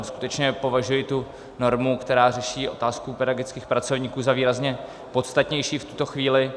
Skutečně považuji tu normu, která řeší otázku pedagogických pracovníků, za výrazně podstatnější v tuto chvíli.